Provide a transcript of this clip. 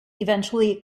eventually